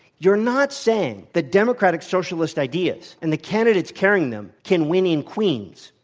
you're not saying the democratic socialist ideas and the candidates carrying them can win in queens.